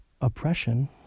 oppression